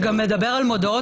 הוא מדבר גם על מודעות,